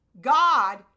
God